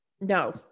no